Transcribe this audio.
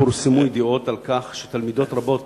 פורסמו ידיעות על כך שתלמידות רבות